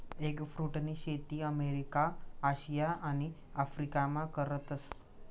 एगफ्रुटनी शेती अमेरिका, आशिया आणि आफरीकामा करतस